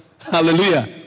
Hallelujah